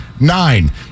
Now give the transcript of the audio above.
nine